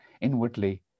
Inwardly